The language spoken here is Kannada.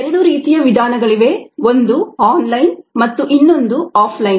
ಎರಡು ರೀತಿಯ ವಿಧಾನಗಳಿವೆ ಒಂದು ಆನ್ ಲೈನ್ ಮತ್ತು ಇನ್ನೊಂದು ಆಫ್ಲೈನ್